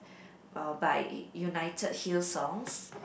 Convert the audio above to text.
uh by united hillsongs